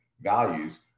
values